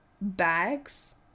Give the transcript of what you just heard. bags